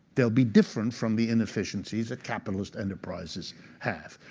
they will be different from the inefficiencies that capitalist enterprises have,